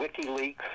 WikiLeaks